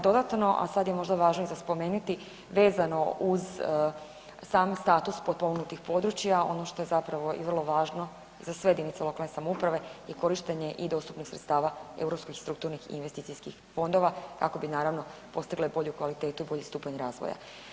Dodatno, a sad je možda važno za spomenuti, vezano uz sam status potpomognutih područja, ono što je zapravo i vrlo važno za sve jedinice lokalne samouprave je korištenje i dostupnost sredstava europskih strukturnih i investicijskih fondova, kako bi, naravno, postigle bolju kvalitetu u bolji stupanj razvoja.